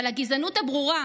אבל הגזענות הברורה,